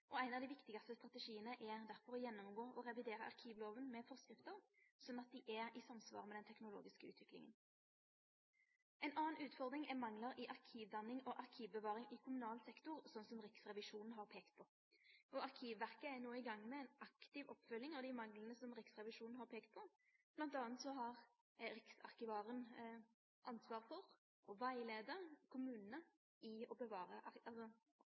og ein av dei viktigaste strategiane er derfor å gjennomgå og revidere arkivlova med forskrifter, sånn at dei er i samsvar med den teknologiske utviklinga. Ei anna utfordring er manglar i arkivdanning og arkivbevaring i kommunal sektor, sånn som Riksrevisjonen har peikt på. Arkivverket er nå i gang med ei aktiv oppfølging av dei manglane som Riksrevisjonen har peikt på. Blant anna har Riksarkivaren ansvar for å rettleie kommunane i å